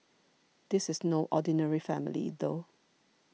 this is no ordinary family though